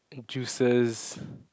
juices